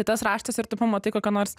tas raštas ir tu pamatai kokia nors